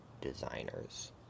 designers